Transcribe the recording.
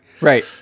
right